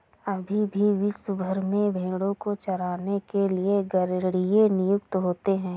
अभी भी विश्व भर में भेंड़ों को चराने के लिए गरेड़िए नियुक्त होते हैं